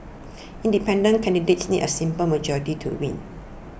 independent candidates need a simple majority to win